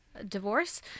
divorce